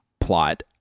plot